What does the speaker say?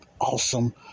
awesome